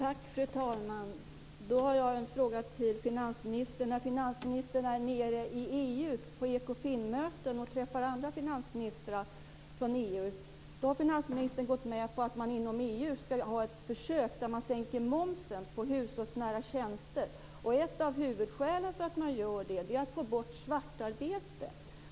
Fru talman! Då har jag en fråga till finansministern. När finansministern har varit nere i EU på Ekofinmöten och träffat andra finansministrar från EU har finansministern gått med på att man inom EU ska ha ett försök där man sänker momsen på hushållsnära tjänster. Ett av huvudskälen för att göra detta är att få bort svartarbete.